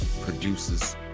produces